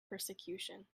persecution